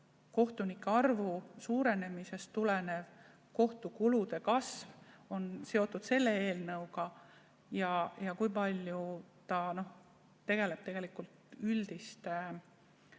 kohtunike arvu suurenemisest tulenev kohtukulude kasv seotud selle eelnõuga ja kui paljus ta tuleneb üldiste